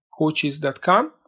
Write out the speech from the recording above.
coaches.com